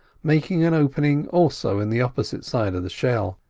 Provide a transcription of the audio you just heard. making an opening also in the opposite side of the shell.